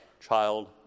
child